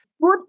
good